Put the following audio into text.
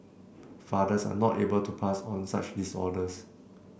fathers are not able to pass on such disorders